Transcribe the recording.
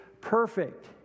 perfect